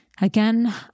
Again